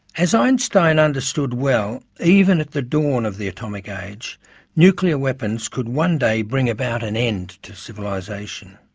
as einstein understood well even at the dawn of the atomic age nuclear weapons could one day bring about an end to civilisation.